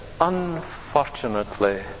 unfortunately